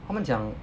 他们讲